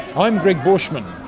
i'm gregg borschmann,